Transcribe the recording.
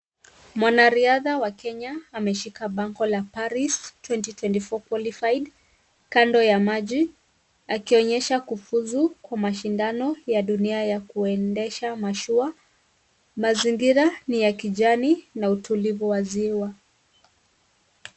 Mwanariadha wa Kenya wameshika bango la Paris 2024 qualified kando ya maji akionyesha kufuzu kwa mashindano ya dunia ya kuendesha mashua, mazingira ni ya kijani na utulivu wa ziwa.